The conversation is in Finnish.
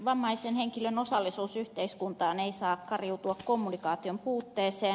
vammaisen henkilön osallisuus yhteiskuntaan ei saa kariutua kommunikaation puutteeseen